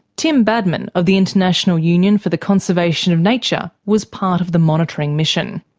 tim badman of the international union for the conservation of nature was part of the monitoring mission.